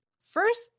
first